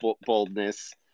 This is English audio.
boldness